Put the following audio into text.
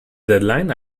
deadline